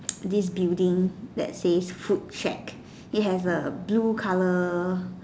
this building that says food shack it has a blue colour